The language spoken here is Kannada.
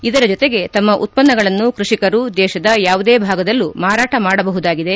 ಇದರ ಜೊತೆಗೆ ತಮ್ನ ಉತ್ತನ್ನಗಳನ್ನು ಕೃಷಿಕರು ದೇಶದ ಯಾವುದೇ ಭಾಗದಲ್ಲೂ ಮಾರಾಟ ಮಾಡುಹುದಾಗಿದೆ